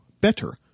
better